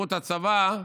לשירות הצבא,